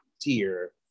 tier